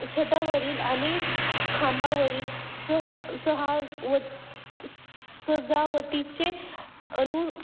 छतावरील आणि खांबावरील सह सहा व सजावटीचे अनु